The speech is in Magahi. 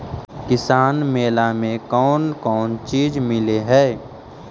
किसान मेला मे कोन कोन चिज मिलै है?